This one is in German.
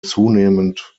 zunehmend